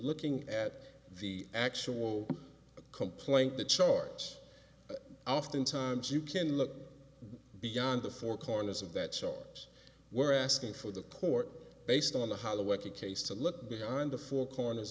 looking at the actual complaint the charge often times you can look beyond the four corners of that chart where asking for the court based on the how to work a case to look behind the four corners